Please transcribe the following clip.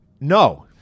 No